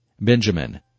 Benjamin